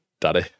daddy